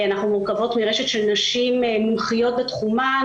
אנחנו מורכבות מרשת של נשים מומחיות בתחומן,